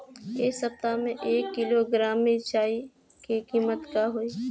एह सप्ताह मे एक किलोग्राम मिरचाई के किमत का होई?